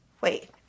wait